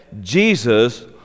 Jesus